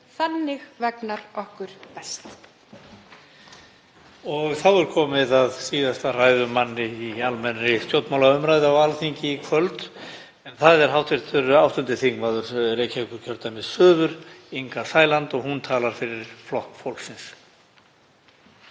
Þannig vegnar okkur best.